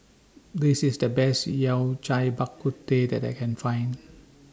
This IS The Best Yao Cai Bak Kut Teh that I Can Find